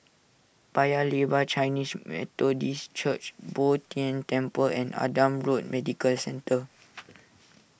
Paya Lebar Chinese Methodist Church Bo Tien Temple and Adam Road Medical Centre